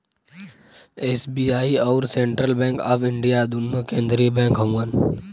SBI अउर central bank of India दुन्नो केन्द्रिय बैंक हउअन